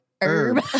Herb